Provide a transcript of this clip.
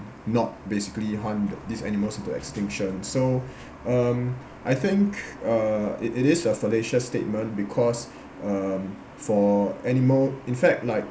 not basically hunt these animals into extinction so um I think uh it it is a fallacious statement because um for animal in fact like